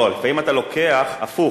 לא, אם אתה לוקח הפוך,